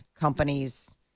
companies